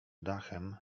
dachem